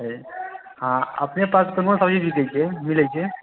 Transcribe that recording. हँ हाँ अपने पास कोनो सब्जी बिकाइत छै मिलैत छै